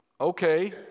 Okay